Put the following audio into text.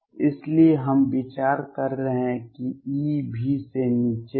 इसलिए हम विचार कर रहे हैं कि E V से नीचे है